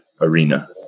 arena